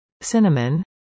cinnamon